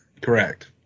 Correct